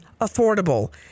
affordable